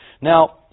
Now